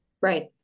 Right